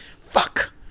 Fuck